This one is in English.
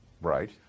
Right